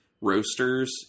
Roasters